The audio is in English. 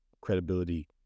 credibility